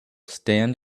stand